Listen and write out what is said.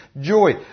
joy